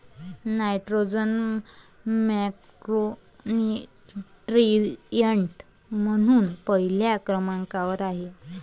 nitrogen macronutrient म्हणून पहिल्या क्रमांकावर आहे